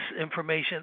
information